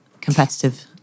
competitive